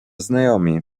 znajomi